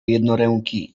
jednoręki